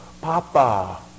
Papa